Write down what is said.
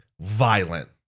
Violent